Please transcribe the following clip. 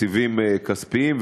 בתקציבים כספיים,